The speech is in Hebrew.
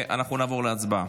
ואנחנו נעבור להצבעה.